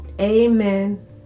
Amen